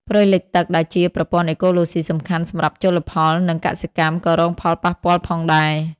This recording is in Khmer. ព្រៃលិចទឹកដែលជាប្រព័ន្ធអេកូឡូស៊ីសំខាន់សម្រាប់ជលផល និងកសិកម្មក៏រងផលប៉ះពាល់ផងដែរ។